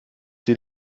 sie